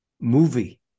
movie